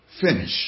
finish